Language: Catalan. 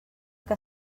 que